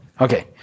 Okay